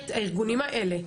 את הארגונים האלה,